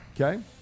Okay